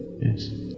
Yes